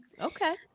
okay